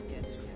Yes